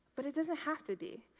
but it doesn't have to be.